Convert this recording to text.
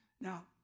Now